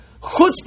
Chutzpah